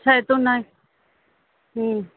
छा एतिरो न हूं